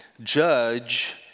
judge